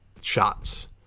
shots